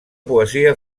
poesia